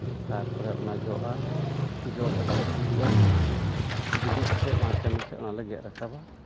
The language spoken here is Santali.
ᱛᱟᱨᱯᱚᱨᱮ ᱚᱱᱟ ᱡᱚᱜᱼᱟ ᱡᱚ ᱠᱟᱛᱮᱫ ᱵᱤᱞᱤᱜᱼᱟ ᱵᱤᱞᱤ ᱠᱟᱛᱮᱫ ᱢᱟᱜᱽ ᱪᱟᱸᱫᱚ ᱥᱮᱫ ᱚᱱᱟᱞᱮ ᱜᱮᱫ ᱨᱟᱠᱟᱵᱟ